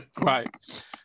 Right